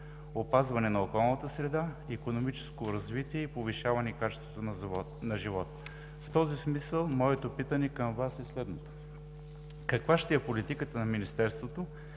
опазване на околната среда, икономическо развитие и повишаване качеството на живот. В този смисъл моето питане към Вас е следното: каква ще е политиката на Министерството